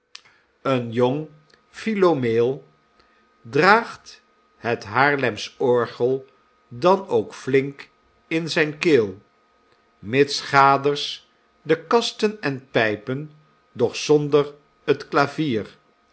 een jong philomeel draagt het haarlemsch orgel dan ook flink in zijn keel mitsgaders de kasten en pijpen doch zonder t klavier